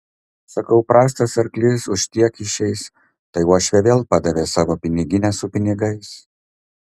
sakau prastas arklys už tiek išeis tai uošvė vėl padavė savo piniginę su pinigais